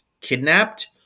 kidnapped